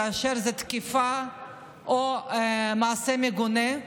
כאשר זה תקיפה או מעשה מגונה,